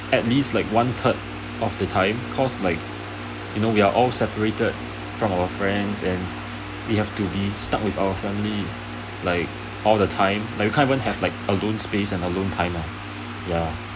at least like one third of the time cause like you know we are all separated from our friends and we have to be stuck with our family like all the time like you can't even have like alone space and alone time lah ya